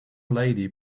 lady